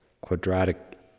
quadratic